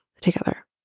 together